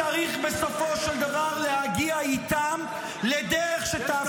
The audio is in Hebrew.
צריך בסופו של דבר להגיע איתם לדרך -- אריאל קלנר (הליכוד):